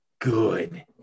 good